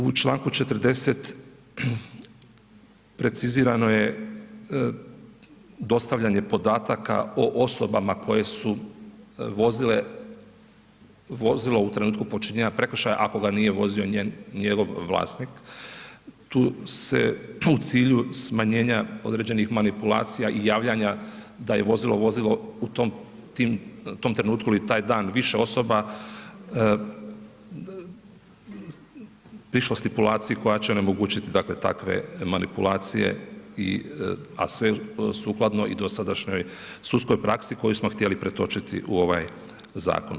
U Članku 40. precizirano je dostavljanje podataka o osobama koje su vozile vozilo u trenutku počinjenja prekršaja ako ga nije vozio njegov vlasnik, tu se u cilju smanjenja određenih manipulacija i javljanja da je vozilo vozilo u tom trenutku ili taj dan više osoba, piše o stipulaciji koja će onemogućiti dakle takve manipulacije i, a sve sukladno i dosadašnjoj sudskoj praksi koju smo htjeli pretočiti u ovaj zakon.